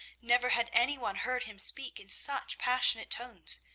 never had any one heard him speak in such passionate tones.